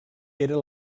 era